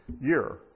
year